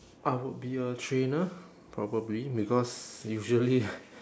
I would be a trainer probably because usually